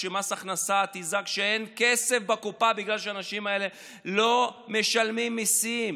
כשמס הכנסה יזעק שאין כסף בקופה בגלל שהאנשים האלה לא משלמים מיסים.